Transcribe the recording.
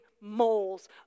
moles